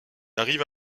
arrive